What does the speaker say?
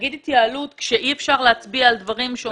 להגיד התייעלות כשאי אפשר להצביע על דברים.